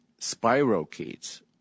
spirochetes